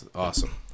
Awesome